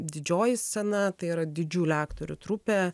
didžioji scena tai yra didžiulė aktorių trupė